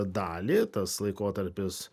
dalį tas laikotarpis